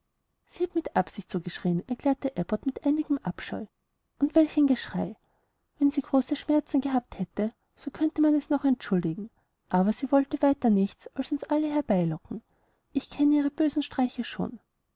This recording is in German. sie hat mit absicht so geschrieen erklärte abbot mit einigem abscheu und welch ein geschrei wenn sie große schmerzen gehabt hätte so könnte man es noch entschuldigen aber sie wollte weiter nichts als uns alle herbeilocken ich kenne ihre bösen streiche schon